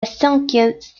cinquième